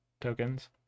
tokens